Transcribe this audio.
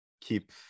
keep